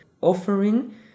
offering